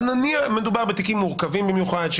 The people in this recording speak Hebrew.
נניח ומדובר בתיקים מורכבים במיוחד,